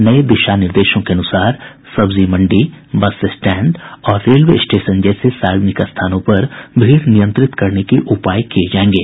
नये दिशा निर्देशों के अनुसार सब्जी मंडी बस स्टैंड और रेलवे स्टेशन जैसे सार्वजनिक स्थानों पर भीड़ नियंत्रित करने के उपाय किये जायेंगे